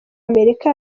amerika